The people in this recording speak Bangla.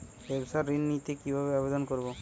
ব্যাবসা ঋণ নিতে কিভাবে আবেদন করব?